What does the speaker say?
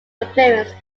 influenced